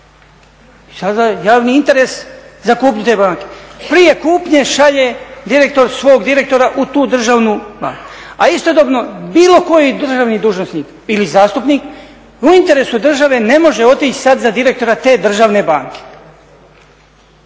je javni interes za kupnju te banke. Prije kupnje šalje direktor svog direktora u tu državnu banku. A istodobno bilo koji državni dužnosnik ili zastupnik u interesu države ne može otići sad za direktora te državne banke.